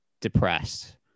depressed